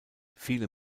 viele